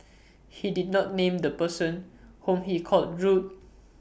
he did not name the person whom he called rude